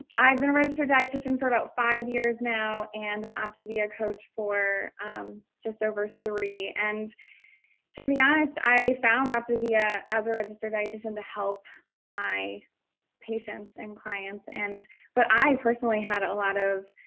i've been a registered dietitian for about five years now and an optavia coach for just over three. and to be honest, i found optavia as a registered dietitian to help my patients and clients and but i personally had a lot of